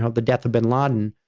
ah the death of bin laden,